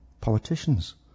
politicians